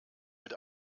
mit